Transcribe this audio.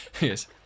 Yes